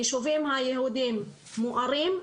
היישובים היהודים מוארים,